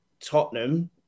Tottenham